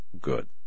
good